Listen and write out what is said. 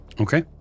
okay